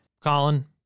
Colin